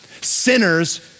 Sinners